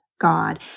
God